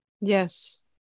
Yes